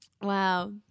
wow